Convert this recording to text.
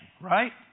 right